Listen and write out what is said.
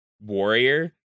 Warrior